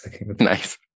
Nice